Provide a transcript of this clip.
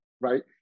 right